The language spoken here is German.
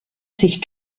sich